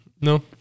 No